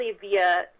via